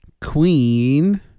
Queen